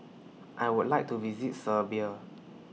I Would like to visit Serbia